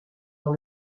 dans